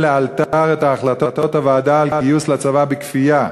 לאלתר את החלטות הוועדה על גיוס לצבא בכפייה,